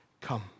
come